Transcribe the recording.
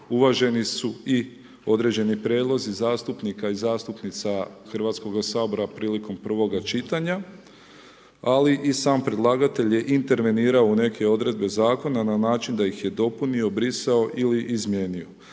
Uvaženi su i određeni prijedlozi zastupnika i zastupnica HS-a prilikom prvoga čitanja, ali i sam predlagatelj je intervenirao u neke odredbe Zakona na način da ih je dopunio, brisao ili izmijenio.